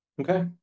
Okay